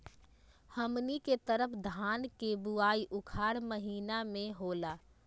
हमनी के तरफ धान के बुवाई उखाड़ महीना में होला